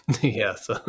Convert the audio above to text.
Yes